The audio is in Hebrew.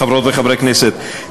חברות וחברי הכנסת,